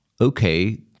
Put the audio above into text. okay